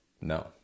No